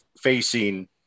facing